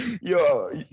yo